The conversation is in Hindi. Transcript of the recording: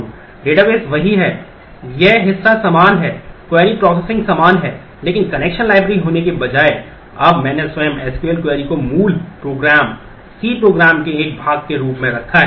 डेटाबेस वही है यह हिस्सा समान है क्वेरी प्रोसेसिंग समान है लेकिन कनेक्शन लाइब्रेरी होने के बजाय अब मैंने स्वयं एसक्यूएल क्वेरी को मूल प्रोग्राम C प्रोग्राम के एक भाग के रूप में रखा है